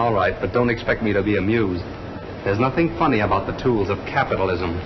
all right but don't expect me to be amused there's nothing funny about the tools of capitalism